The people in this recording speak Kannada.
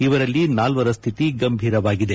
ಇವರಲ್ಲಿ ನಾಲ್ವರ ಶ್ಯಿತಿ ಗಂಭೀರವಾಗಿದೆ